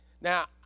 now